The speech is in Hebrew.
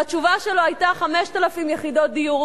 והתשובה שלו היתה: 5,000 יחידות דיור.